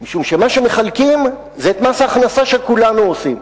משום שמה שמחלקים זה את מס ההכנסה שכולנו משלמים,